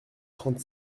trente